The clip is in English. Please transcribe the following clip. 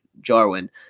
Jarwin